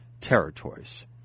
territories